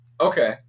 Okay